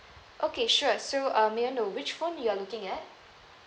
okay sure so uh may I know which phone you're looking at